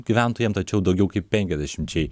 gyventojam tačiau daugiau kaip penkiasdešimčiai